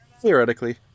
Theoretically